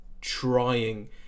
trying